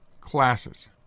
classes